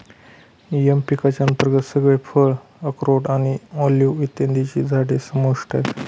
M पिकांच्या अंतर्गत सगळे फळ, अक्रोड आणि ऑलिव्ह इत्यादींची झाडं समाविष्ट आहेत